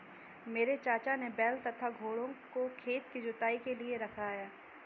मेरे चाचा ने बैल तथा घोड़ों को खेत की जुताई के लिए रखा है